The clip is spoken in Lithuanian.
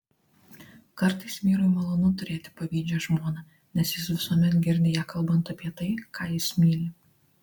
kartais vyrui malonu turėti pavydžią žmoną nes jis visuomet girdi ją kalbant apie tai ką jis myli